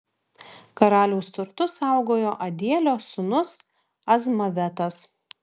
karaliaus turtus saugojo adielio sūnus azmavetas